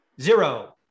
zero